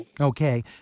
Okay